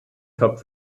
kap